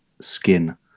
skin